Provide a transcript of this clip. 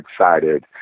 excited